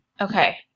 Okay